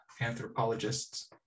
anthropologists